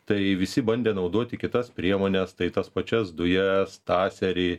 tai visi bandė naudoti kitas priemones tai tas pačias dujas taserį